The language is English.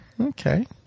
Okay